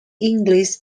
english